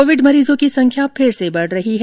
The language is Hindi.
कोविड मरीजों की संख्या फिर से बढ़ रही है